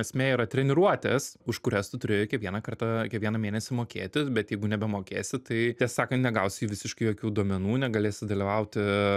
esmė yra treniruotės už kurias tu turi kiekvieną kartą kiekvieną mėnesį mokėti bet jeigu nemokėsi tai tiesą sakant negausi visiškai jokių duomenų negalėsi dalyvauti